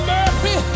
Murphy